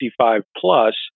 55-plus